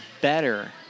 better